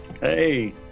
Hey